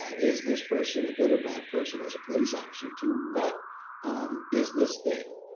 ah is this person a good or bad person as a police officer? to, what is this thing,